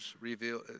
reveal